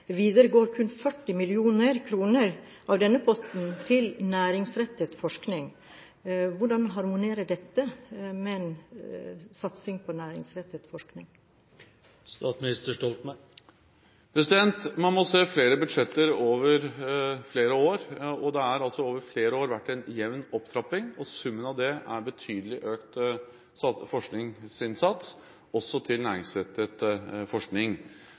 Videre går kun 40 mill. kr av denne potten til næringsrettet forskning. Hvordan harmonerer dette med en satsing på næringsrettet forskning? Man må se flere budsjetter over flere år. Det har over flere år vært en jevn opptrapping, og summen av det er betydelig økt forskningsinnsats, også til næringsrettet forskning.